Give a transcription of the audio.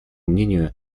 мнению